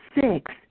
six